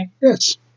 Yes